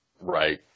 Right